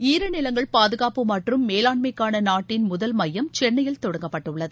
ஈரநிலங்கள் பாதுகாப்பு மற்றும் மேலாண்மைக்கான நாட்டின் முதல் மையம் சென்னையில் தொடங்கப்பட்டுள்ளது